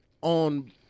on